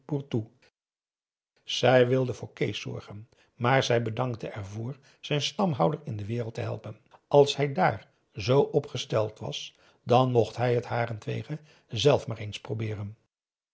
zij wilde voor kees zorgen maar zij bedankte er voor zijn stamhouder in de wereld te helpen als hij dààr zoo op gesteld was dan mocht hij het harentwege zelf maar eens probeeren